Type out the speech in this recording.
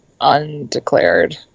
undeclared